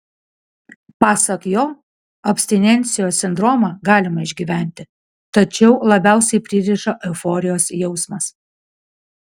pasak jo abstinencijos sindromą galima išgyventi tačiau labiausiai pririša euforijos jausmas